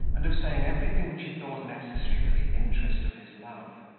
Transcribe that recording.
and of saying everything which he thought necessary for the interest of his love.